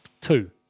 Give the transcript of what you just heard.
Two